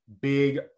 big